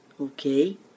okay